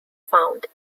found